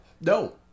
No